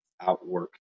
outwork